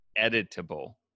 editable